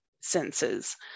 senses